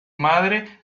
madre